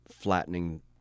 flattening